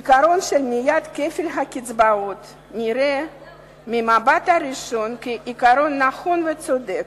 עקרון מניעת כפל הקצבאות נראה ממבט ראשון כעיקרון נכון וצודק,